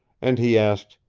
and he asked.